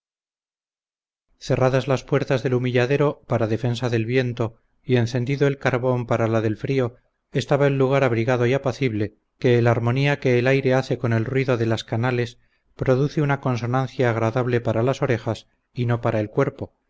cerradas las puertas del humilladero para defensa del viento y encendido el carbón para la del frío estaba el lugar abrigado y apacible que el armonía que el aire hace con el ruido de las canales produce una consonancia agradable para las orejas y no para el cuerpo